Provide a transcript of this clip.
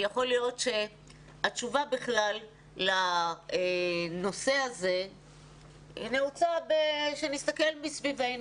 יכול להיות שהתשובה בכלל לנושא הזה נעוצה בזה שנסתכל מסביבנו.